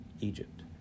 Egypt